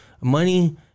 money